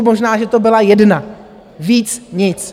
Možná, že to byla jedna, víc nic.